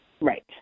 right